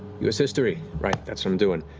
u s. history, right, that's what i'm doing.